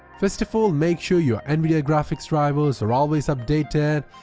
first of all, make sure your nvidia graphics drivers are always updated.